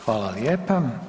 Hvala lijepa.